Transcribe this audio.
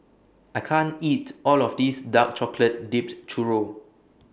I can't eat All of This Dark Chocolate Dipped Churro